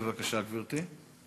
בבקשה, גברתי.